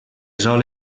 sol